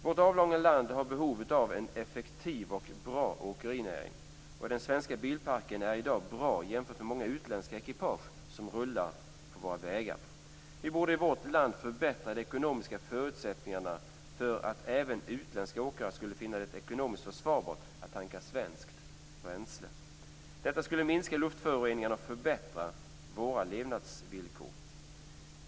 Vårt avlånga land har behov av en effektiv och bra åkerinäring. Den svenska bilparken är i dag bra jämfört med många utländska ekipage som rullar på våra vägar. Vi borde i vårt land förbättra de ekonomiska förutsättningarna för att även utländska åkare skulle finna det ekonomiskt försvarbart att tanka svenskt bränsle. Detta skulle minska luftföroreningarna och förbättra våra levnadsvillkor.